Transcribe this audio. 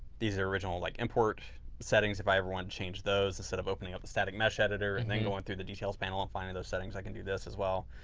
these are original like import settings. if i ever want to change those, instead of opening up the static mesh editor and then going through the details panel and finding those settings, i can do this as well.